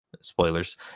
spoilers